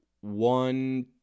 one